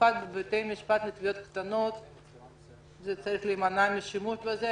במיוחד בבתי המשפט לתביעות קטנות צריך להימנע משימוש בזה